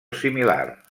similar